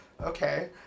okay